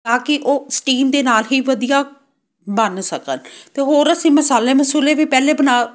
ਤਾਂ ਕਿ ਉਹ ਸਟੀਮ ਦੇ ਨਾਲ ਹੀ ਵਧੀਆ ਬਣ ਸਕਣ ਅਤੇ ਹੋਰ ਅਸੀਂ ਮਸਾਲੇ ਮਸੂਲੇ ਵੀ ਪਹਿਲੇ ਬਣਾ